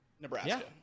Nebraska